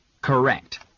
Correct